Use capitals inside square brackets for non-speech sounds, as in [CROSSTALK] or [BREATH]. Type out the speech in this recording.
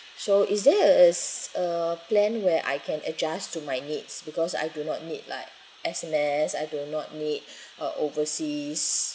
so is there a s~ uh plan where I can adjust to my needs because I do not need like S_M_S I do not need [BREATH] uh overseas